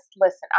listen